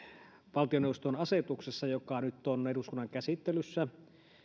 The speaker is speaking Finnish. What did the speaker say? valtioneuvoston asetuksessa joka nyt on eduskunnan käsittelyssä